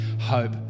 hope